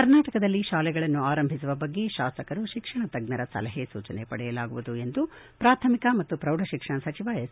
ಕರ್ನಾಟಕದಲ್ಲಿ ಶಾಲೆಗಳನ್ನು ಆರಂಭಿಸುವ ಬಗ್ಗೆ ಶಾಸಕರು ಶಿಕ್ಷಣ ತಜ್ಜರ ಸಲಹೆ ಸೂಚನೆ ಪಡೆಯಲಾಗುವುದು ಎಂದು ಪ್ರಾಥಮಿಕ ಮತ್ತು ಪ್ರೌಢ ಶಿಕ್ಷಣ ಸಚಿವ ಎಸ್